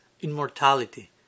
immortality